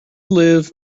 live